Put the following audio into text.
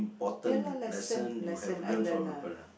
ya lah lesson lesson I learn lah